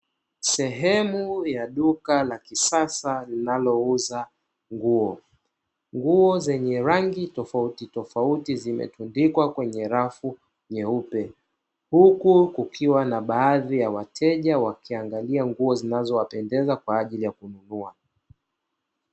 Sehemu ya duka la kisasa linalouza nguo, nguo zenye rangi tofautitofauti zimetundikwa kwenye rafu nyeupe, huku kukiwa na baadhi ya wateja wakiangalia nguo zinazowapendeza kwa ajili ya kununua.